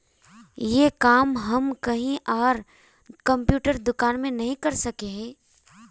ये काम हम कहीं आर कंप्यूटर दुकान में नहीं कर सके हीये?